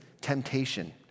temptation